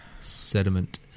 sediment